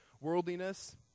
worldliness